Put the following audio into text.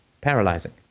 paralyzing